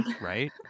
right